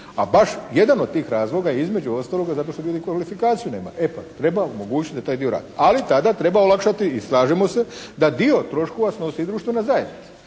a baš jedan od tih razloga je između ostaloga zato što ljudi kvalifikaciju nemaju. E pa treba omogućiti da taj dio … /Ne razumije se./ … ali tada treba olakšati i slažemo se, da dio troškova snosi društvena zajednica